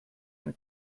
ein